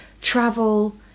travel